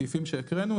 הסעיפים שהקראנו,